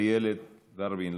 איילת ורבין,